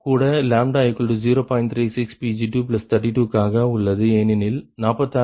36 Pg232 காக உள்ளது ஏனெனில் 46